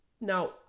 Now